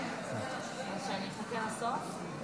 אז שאני אחכה לסוף?